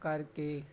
ਕਰਕੇ